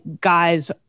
guys